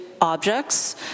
objects